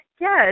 yes